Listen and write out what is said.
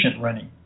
running